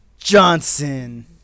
Johnson